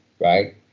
right